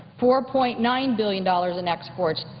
four point nine billion dollars in exports.